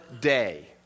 day